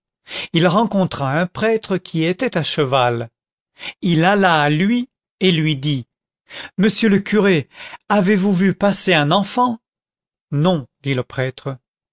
il rencontra un prêtre qui était à cheval il alla à lui et lui dit monsieur le curé avez-vous vu passer un enfant non dit le prêtre